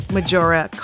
Majora